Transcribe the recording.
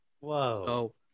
Whoa